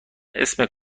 اسم